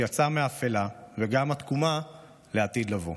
שיצא מאפלה וגם התקומה לעתיד לבוא.